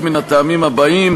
חבר הכנסת מיקי לוי.